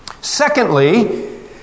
Secondly